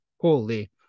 Holy